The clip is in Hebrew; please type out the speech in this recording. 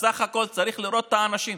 בסך הכול צריך לראות את האנשים.